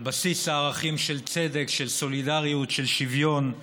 על בסיס הערכים של צדק, של סולידריות, של שוויון.